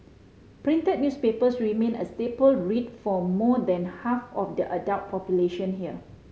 printed newspapers remain a staple read for more than half of the adult population here